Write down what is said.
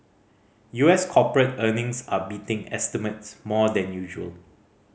U S corporate earnings are beating estimates more than usual